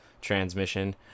transmission